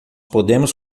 podemos